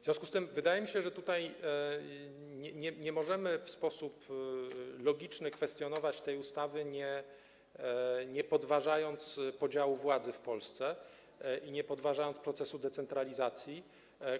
W związku z tym wydaje mi się, że tutaj nie możemy w sposób logiczny kwestionować tej ustawy, nie podważając podziału władzy w Polsce i nie podważając procesu decentralizacji,